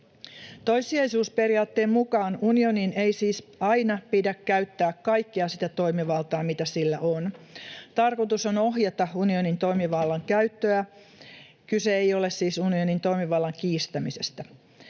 Toissijaisuusperiaatteen mukaan unionin ei siis aina pidä käyttää kaikkea sitä toimivaltaa, mitä sillä on. Tarkoitus on ohjata unionin toimivallan käyttöä — kyse ei ole siis unionin toimivallan kiistämisestä.